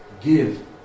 give